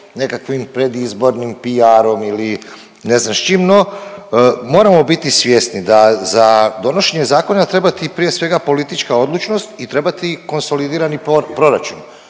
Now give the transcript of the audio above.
nekakvim predizbornim PR-om ili ne znam s čim, no moramo biti svjesni da za donošenje zakona treba ti prije svega politička odlučnost i treba ti konsolidirani proračun.